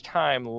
time